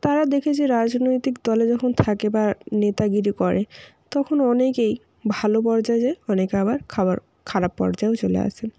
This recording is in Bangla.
তারা দেখি যে রাজনৈতিক দলে যখন থাকে বা নেতাগিরি করে তখন অনেকেই ভালো পর্যায়ে যায় অনেকে আবার খাবার খারাপ পর্যায়েও চলে আসে